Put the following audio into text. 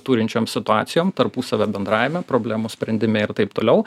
turinčiom situacijom tarpusavio bendravime problemų sprendime ir taip toliau